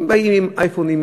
באים עם אייפונים,